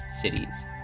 cities